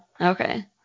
Okay